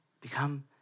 Become